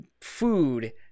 food